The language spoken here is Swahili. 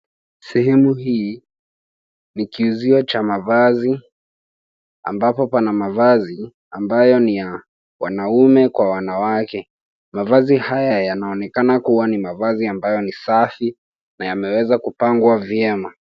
Sehemu hii ni kiuzio cha mavazi ambapo pana mavazi ambayo ni ya wanaume kwa wanawake. Mavazi haya yanaonekana kuwa ni mavazi ambayo ni safi na yameweza kupangwa vyema.